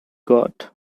got